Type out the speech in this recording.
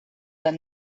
that